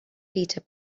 peter